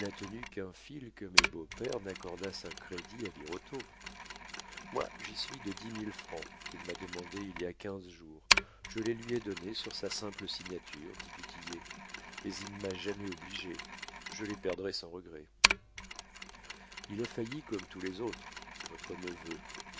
un fil que mes beaux pères n'accordassent un crédit à birotteau moi j'y suis de dix mille francs qu'il m'a demandés il y a quinze jours je les lui ai donnés sur sa simple signature dit du tillet mais il m'a jadis obligé je les perdrai sans regret il a fait comme tous les autres votre neveu